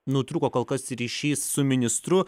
nutrūko kol kas ryšys su ministru